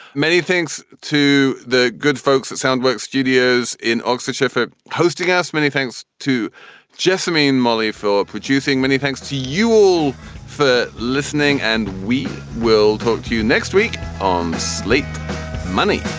many thanks to the good folks sound work studios in oxfordshire for hosting us. many thanks to jessamy and molly for producing many thanks to you all for listening. and we will talk to you next week on slaked money